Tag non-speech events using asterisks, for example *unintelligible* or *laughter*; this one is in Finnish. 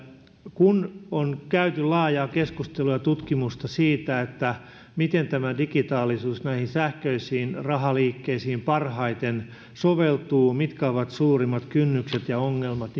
kun on käyty laajaa keskustelua ja tutkimusta siitä miten tämä digitaalisuus näihin sähköisiin rahaliikkeisiin parhaiten soveltuu mitkä ovat suurimmat kynnykset ja ongelmat *unintelligible*